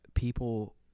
People